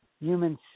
human